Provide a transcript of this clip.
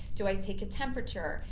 do i take a temperature?